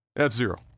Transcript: F-Zero